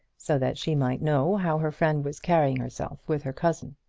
so that she might know how her friend was carrying herself with her cousin.